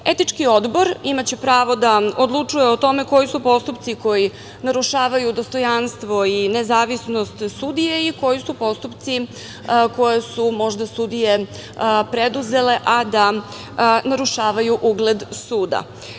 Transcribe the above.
Etički odbor imaće pravo da odlučuje o tome koji su postupci koji narušavaju dostojanstvo i nezavisnost sudije i koji su postupci koje su možda sudije preduzele, a da narušavaju ugled suda.